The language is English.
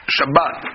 Shabbat